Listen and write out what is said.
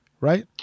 right